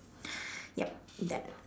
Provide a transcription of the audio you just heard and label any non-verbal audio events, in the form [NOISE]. [BREATH] yup that